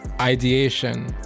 ideation